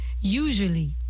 Usually